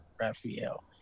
Raphael